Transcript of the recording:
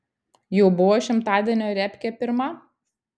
jau buvo šimtadienio repkė pirma